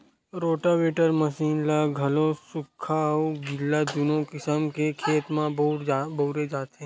rotavator machine ल घलो सुख्खा अउ गिल्ला दूनो किसम के खेत म बउरे जाथे